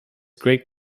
great